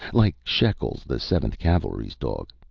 like shekels, the seventh cavalry's dog,